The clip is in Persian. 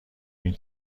این